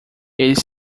eles